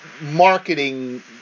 marketing